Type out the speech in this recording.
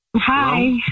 Hi